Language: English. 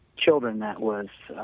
children that was